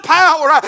power